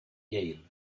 yale